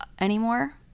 anymore